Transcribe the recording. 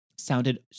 sounded